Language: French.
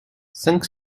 cinq